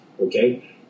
Okay